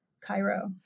Cairo